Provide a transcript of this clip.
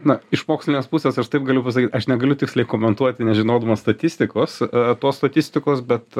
na iš mokslinės pusės aš taip galiu pasakyt aš negaliu tiksliai komentuoti nežinodamas statistikos tos statistikos bet